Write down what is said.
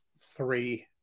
three